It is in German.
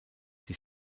die